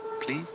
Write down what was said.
Please